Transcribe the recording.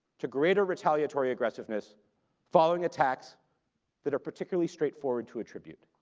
to greater retaliatory aggressiveness following attacks that are particularly straightforward to attribute,